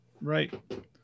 right